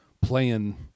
playing